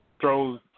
throws